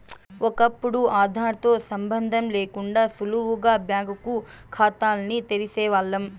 ఒకప్పుడు ఆదార్ తో సంబందం లేకుండా సులువుగా బ్యాంకు కాతాల్ని తెరిసేవాల్లం